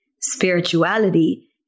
Spirituality